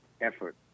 effort